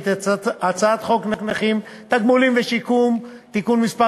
את הצעת חוק הנכים (תגמולים ושיקום) (תיקון מס'